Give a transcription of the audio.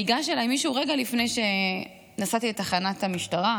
ניגש אליי מישהו רגע לפני שנסעתי לתחנת המשטרה,